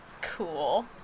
Cool